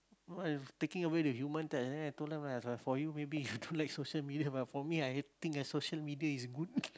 what if taking away the human touch and then I told them lah for you maybe don't like social media but for me I think that social media is good